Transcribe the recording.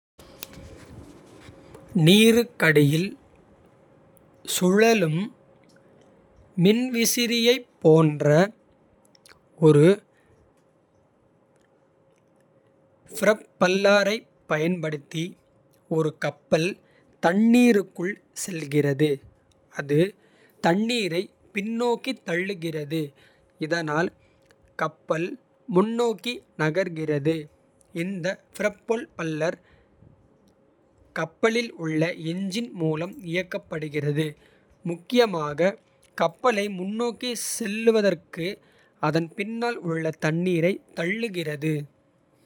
நீருக்கடியில் சுழலும் மின்விசிறியைப் போன்ற ஒரு. ப்ரொப்பல்லரைப் பயன்படுத்தி ஒரு கப்பல். தண்ணீருக்குள் செல்கிறது அது தண்ணீரை. பின்னோக்கித் தள்ளுகிறது இதனால் கப்பல் முன்னோக்கி. நகர்கிறது இந்த ப்ரொப்பல்லர் கப்பலில் உள்ள எஞ்சின். மூலம் இயக்கப்படுகிறது முக்கியமாக கப்பலை. முன்னோக்கி செலுத்துவதற்கு அதன் பின்னால். உள்ள தண்ணீரை தள்ளுகிறது.